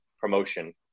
promotion